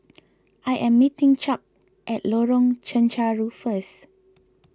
I am meeting Chuck at Lorong Chencharu first